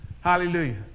Hallelujah